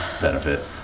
benefit